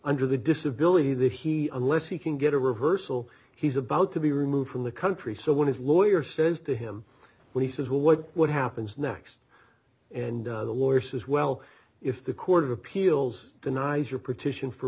under the disability that he unless he can get a reversal he's about to be removed from the country so when his lawyer says to him when he says well what what happens next and the lawyer says well if the court of appeals denies your petition for